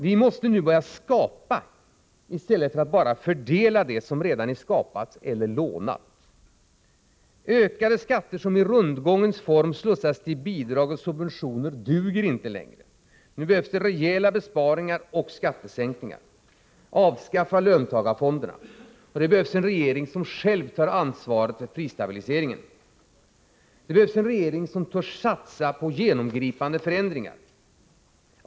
Vi måste börja skapa i stället för att bara fördela det som redan är skapat eller lånat. Ökade skatter som i rundgångens form slussas över till bidrag och subventioner duger inte längre. Nu behövs det rejäla besparingar och skattesänkningar. Avskaffa löntagarfonderna! För det behövs en regering som själv tar ansvaret för prisstabiliseringen. Det behövs en regering som törs satsa på genomgripande förändringar.